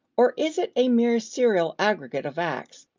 or is it a mere serial aggregate of acts,